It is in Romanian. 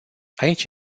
aici